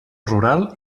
rural